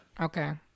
Okay